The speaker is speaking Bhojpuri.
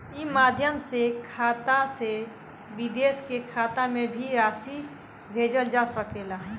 ई माध्यम से खाता से विदेश के खाता में भी राशि भेजल जा सकेला का?